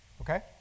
Okay